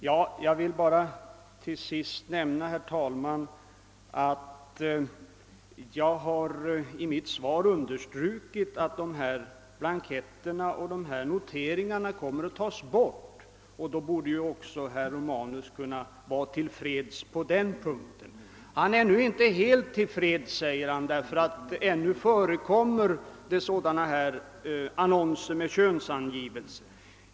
Herr talman! Jag vill till sist bara nämna att jag i mitt svar har understrukit att de blanketter och noteringar det här gäller kommer att tas bort, och då borde herr Romanus kunna vara till freds på den punkten. Han är dock inte det, säger han, ty ännu förekommer annonser med könsangivelser.